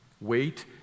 Wait